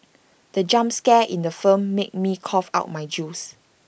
the jump scare in the film made me cough out my juice